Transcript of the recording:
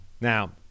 Now